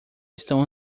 estão